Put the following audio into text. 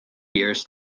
years